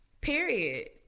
Period